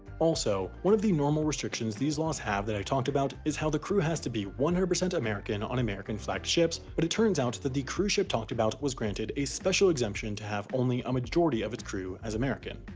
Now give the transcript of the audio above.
also, one of the normal restrictions these laws have that i talked about is how the crew has to be one hundred percent american on american-flagged ships, but it turns out that the the cruise ship talked about was granted a special exemption to have only a majority of its crew as american.